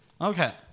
Okay